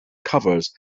covers